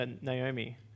Naomi